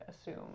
assume